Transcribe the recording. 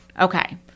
Okay